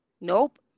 Nope